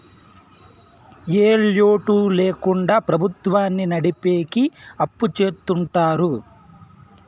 ఏ లోటు ల్యాకుండా ప్రభుత్వాన్ని నడిపెకి అప్పు చెత్తుంటారు